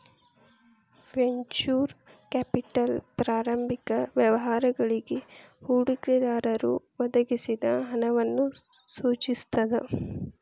venture capital ಪ್ರಾರಂಭಿಕ ವ್ಯವಹಾರಗಳಿಗಿ ಹೂಡಿಕೆದಾರರು ಒದಗಿಸಿದ ಹಣವನ್ನ ಸೂಚಿಸ್ತದ